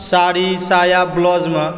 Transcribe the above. साडी साया ब्लाउजमे